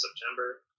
September